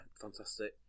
Fantastic